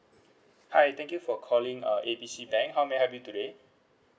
hi thank you for calling uh A B C bank how may I help you today